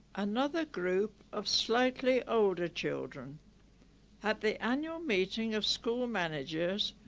another group of slightly older children at the annual meeting of school managers,